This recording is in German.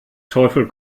teufel